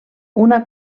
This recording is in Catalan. una